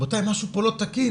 רבותיי, משהו פה לא תקין.